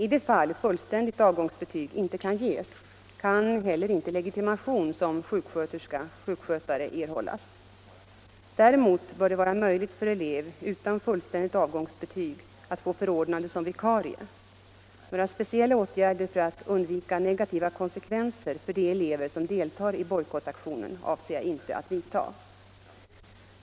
I de fall fullständigt avgångsbetyg inte kan ges, kan heller inte legitimation som sjuksköterska/sjukskötare erhållas. Däremot bör det vara möjligt för elev utan fullständigt avgångsbetyg att få förordnande som vikarie. Några speciella åtgärder för att undvika negativa konsekvenser för de elever som deltar i bojkottaktionen avser jag inte att vidta.